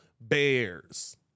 Bears